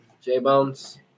J-Bones